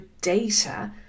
data